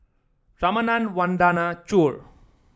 Ramanand Vandana Choor